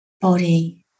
Body